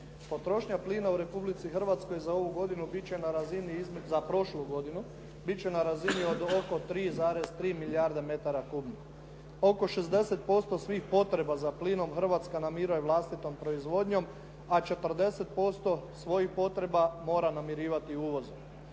godinu biti će na razini, za prošlu godinu, biti će na razini od oko 3,3 milijarde metara kubnih. Oko 60% svih potreba za plinom, Hrvatska namiruje vlastitom proizvodnjom, a 40% svojih potreba mora namirivati uvozom.